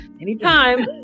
anytime